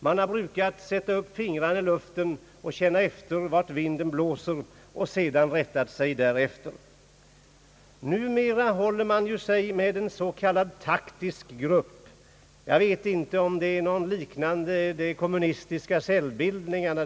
Man har brukat sätta upp fingrarna i luften och känna efter vart vinden blåser och sedan rättat sig därefter. Numera håller man sig ju med en s.k. taktisk grupp — jag vet inte om det är fråga om något som liknar de kommunistiska cellbildningarna.